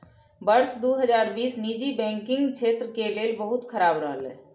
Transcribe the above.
वर्ष दू हजार बीस निजी बैंकिंग क्षेत्र के लेल बहुत खराब रहलै